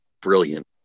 brilliant